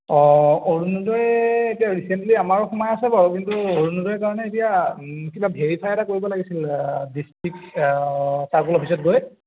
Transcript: অঁ অৰুণোদয় এতিয়া ৰিচেণ্টলি আমাৰো সোমাই আছে বাৰু কিন্তু অৰুণোদয় কাৰণে এতিয়া কিবা ভেৰিফাই এটা কৰিব লাগিছিল ধৰা ডিষ্ট্ৰিক চাৰ্কল অফিছত গৈ